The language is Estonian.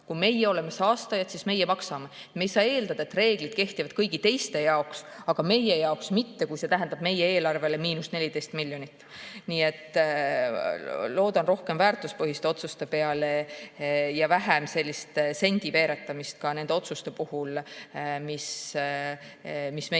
Kui meie oleme saastajad, siis meie maksame. Me ei saa eeldada, et reeglid kehtivad kõigi teiste jaoks, aga meie jaoks mitte, kui see tähendab meie eelarvele –14 miljonit. Nii et loodan rohkem väärtuspõhiste otsuste peale ja olgu vähem sellist sendiveeretamist ka nende otsuste puhul, mis meie